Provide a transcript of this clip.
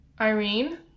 Irene